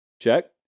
check